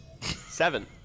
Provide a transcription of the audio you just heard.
Seven